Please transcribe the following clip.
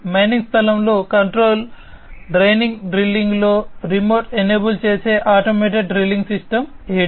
mining స్థలంలో control draining డ్రిల్లింగ్లో remote enable చేసే ఆటోమేటెడ్ డ్రిల్లింగ్ సిస్టమ్ ADS